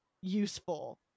useful